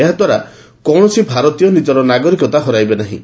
ଏହାଦ୍ୱାରା କୌଣସି ଭାରତୀୟ ନିଜର ନାଗରିକତା ହରାଇବେ ନାହଁ